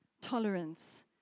tolerance